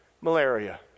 Malaria